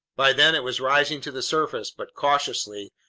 by then it was rising to the surface, but cautiously,